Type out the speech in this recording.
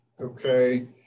okay